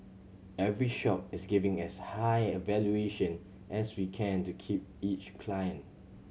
every shop is giving as high a valuation as we can to keep each client